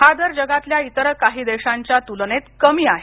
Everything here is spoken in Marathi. हा दर जगातल्या इतर काही देशांच्या तुलनेत कमी आहे